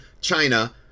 china